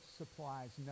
supplies